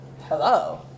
Hello